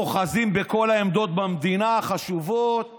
אוחזים בכל העמדות החשובות במדינה,